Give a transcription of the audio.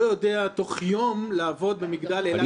יודע תוך יום לעבוד במגדל --- ברמון.